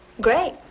great